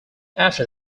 after